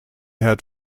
had